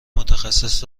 متخصص